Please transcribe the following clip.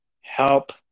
Help